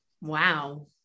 Wow